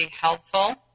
helpful